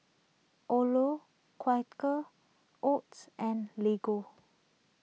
Odlo Quaker Oats and Lego